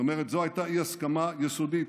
זאת אומרת, זו הייתה אי-הסכמה יסודית.